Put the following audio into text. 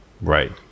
Right